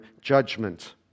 judgment